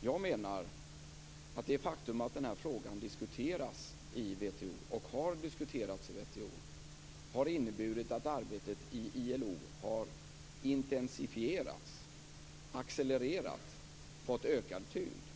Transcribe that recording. Jag menar att det faktum att den här frågan diskuteras och har diskuterats i WTO har inneburit att arbetet i ILO har intensifierats, accelererat och fått ökad tyngd.